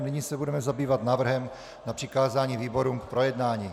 Nyní se budeme zabývat návrhem na přikázání výborům k projednání.